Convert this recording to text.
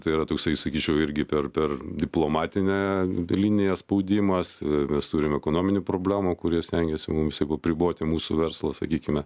tai yra toksai sakyčiau irgi per per diplomatinę liniją spaudimas mes turim ekonominių problemų kur jie stengiasi mums apriboti mūsų verslą sakykime